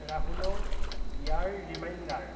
ৰাহুলৰ বিয়াৰ ৰিমাইণ্ডাৰ